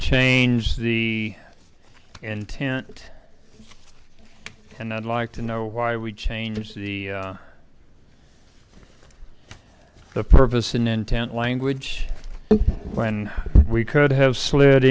change the intent and i'd like to know why we changed the the purpose in intent language when we could have slid